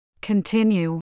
Continue